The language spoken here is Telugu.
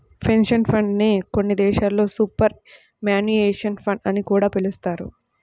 పెన్షన్ ఫండ్ నే కొన్ని దేశాల్లో సూపర్ యాన్యుయేషన్ ఫండ్ అని కూడా పిలుస్తారు